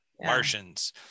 Martians